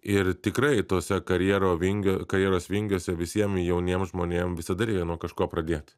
ir tikrai tose karjero vingio karjeros vingiuose visiem jauniem žmonėm visada reikia nuo kažko pradėt